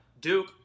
Duke